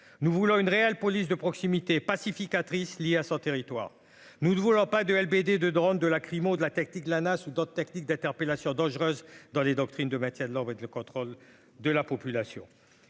nous voulons une réelle police de proximité pacificatrice liée à son territoire, nous ne voulons pas de LBD de drônes de lacrymo de la tactique de Lana sous d'autres techniques d'interpellation dangereuses dans les doctrines de maintien de l'ordre et le contrôle de la population